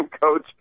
Coach